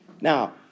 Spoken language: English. Now